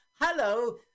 Hello